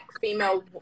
female